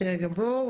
בסדר גמור,